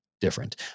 different